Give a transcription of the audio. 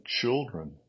children